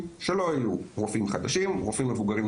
רמב"ם,